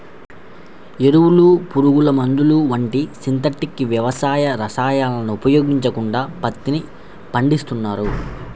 ఎరువులు, పురుగుమందులు వంటి సింథటిక్ వ్యవసాయ రసాయనాలను ఉపయోగించకుండా పత్తిని పండిస్తున్నారు